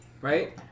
right